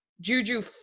Juju